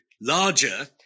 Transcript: larger